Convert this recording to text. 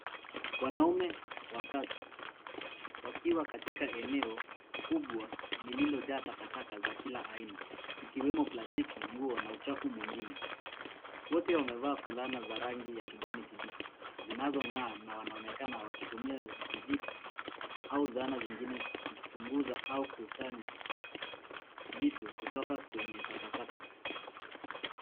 Wanaume watatu wakiwa katika eneo kubwa lililojaa takataka za kila aina, zikiwemo plastiki, nguo na uchafu mwingine. Wote wamevaa fulana za rangi ya kijani kibichi zinazong'aa, na wanaonekana wakitumia vijiti au zana zingine kuchunguza au kusanya vitu kutoka kwenye takataka.